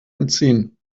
entziehen